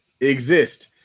exist